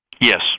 Yes